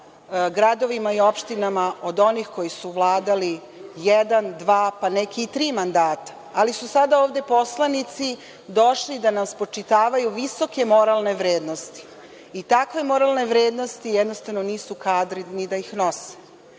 gradovima i opštinama od onih koji su vladali jedan, dva, pa neki i tri mandata, ali su sada ove poslanici došli da nam spočitavaju visoke moralne vrednosti. Takve moralne vrednost jednostavno nisu kadri ni da nose. Zbog